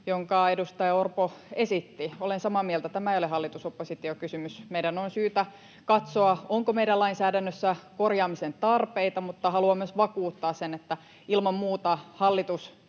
jonka edustaja Orpo esitti. Olen samaa mieltä: tämä ei ole hallitus—oppositio-kysymys. Meidän on syytä katsoa, onko meidän lainsäädännössä korjaamisen tarpeita, mutta haluan myös vakuuttaa sen, että ilman muuta hallitus